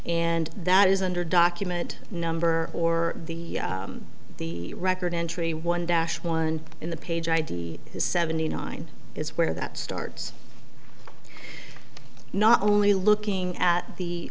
and that is under document number or the the record entry one dash one in the page id seventy nine is where that starts not only looking at the